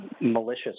malicious